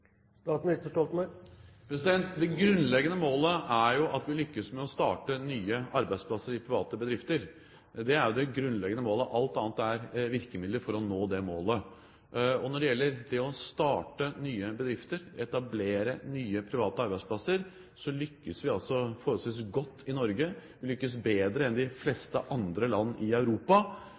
Det grunnleggende målet er jo at vi lykkes med å starte nye arbeidsplasser i private bedrifter. Det er jo det grunnleggende målet – alt annet er virkemidler for å nå det målet. Når det gjelder det å starte nye bedrifter, etablere nye private arbeidsplasser, lykkes vi altså forholdsvis godt i Norge. Vi lykkes bedre enn de fleste andre land i Europa,